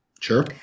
sure